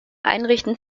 einrichten